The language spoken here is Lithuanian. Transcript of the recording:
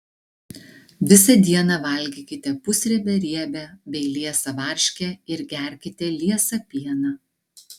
visą dieną valgykite pusriebę riebią bei liesą varškę ir gerkite liesą pieną